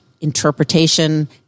interpretation